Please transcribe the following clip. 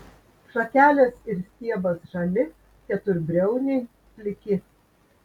šakelės ir stiebas žali keturbriauniai pliki